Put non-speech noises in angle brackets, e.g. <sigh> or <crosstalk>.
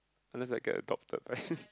unless I get adopted right <laughs>